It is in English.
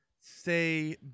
say